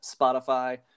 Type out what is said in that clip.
Spotify